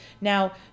Now